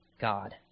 God